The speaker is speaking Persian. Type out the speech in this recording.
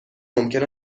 ممکن